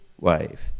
wave